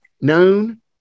Known